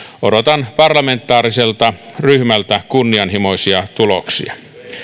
odotan parlamentaariselta ryhmältä kunnianhimoisia tuloksia